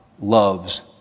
loves